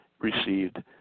received